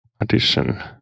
addition